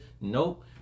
Nope